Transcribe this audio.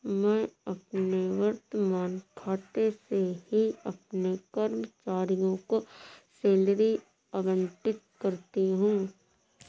मैं अपने वर्तमान खाते से ही अपने कर्मचारियों को सैलरी आबंटित करती हूँ